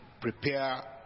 prepare